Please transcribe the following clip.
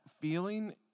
feeling